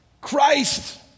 Christ